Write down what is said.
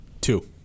Two